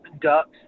ducks